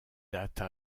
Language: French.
dates